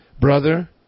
Brother